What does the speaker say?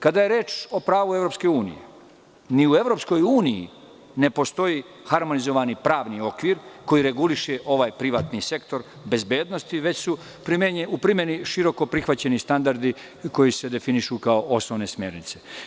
Kada je reč o pravu EU, ni u EU ne postoji harmonizovani pravni okvir koji reguliše ovaj privatni sektor bezbednosti, već su u primeni široko prihvaćeni standardi koji se definišu kao osnovne smernice.